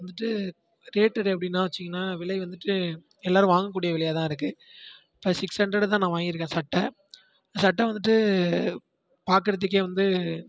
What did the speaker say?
வந்துட்டு ரேட்டட் எப்படின்னா வச்சுங்கன்னா விலை வந்துட்டு எல்லாேரும் வாங்கக்கூடிய விலையாகதான் இருக்குது அது சிக்ஸ் ஹண்ட்ரட் தான் நான் வாங்கியிருக்கேன் சட்டை அந்த சட்டை வந்துட்டு பார்க்குறதுக்கே வந்து